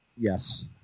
Yes